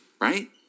Right